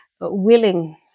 willing